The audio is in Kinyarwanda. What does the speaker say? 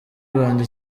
rwanda